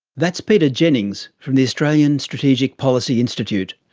that's peter jennings from the australian strategic policy institute.